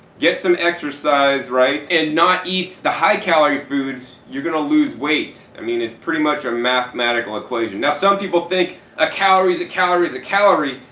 get some exercise, and not eat the high calorie foods, you're going to lose weight. i mean it's pretty much a mathematical equation. now some people think a calorie is a calorie is a calorie,